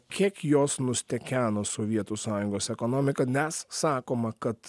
kiek jos nustekeno sovietų sąjungos ekonomiką nes sakoma kad